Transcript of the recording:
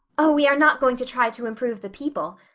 oh, we are not going to try to improve the people.